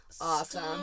awesome